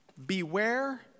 Beware